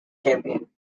champion